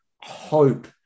hope